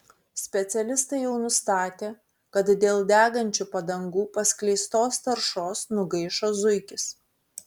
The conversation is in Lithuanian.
specialistai jau nustatė kad dėl degančių padangų paskleistos taršos nugaišo zuikis